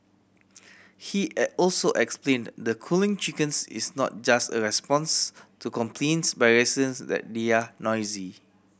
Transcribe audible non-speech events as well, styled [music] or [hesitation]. he [hesitation] also explained that culling chickens is not just a response to complaints by residents that they are noisy